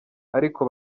ariko